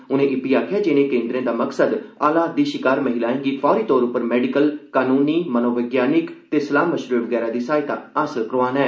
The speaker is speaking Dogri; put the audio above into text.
उनें इब्बी आखेआ जे इनें केन्द्रें दा मकसद हालात दी शिकार महिलाएं गी फौरी तौर उप्पर मेडिकल कानूनी मनोवैज्ञानिक ते सलाह मशवरे वगैरा दी सहायता हासल करोआना ऐ